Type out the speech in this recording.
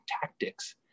tactics